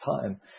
time